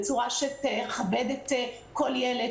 בצורה שתכבד כל ילד,